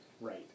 right